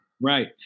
Right